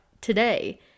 today